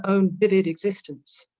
own vivid existence.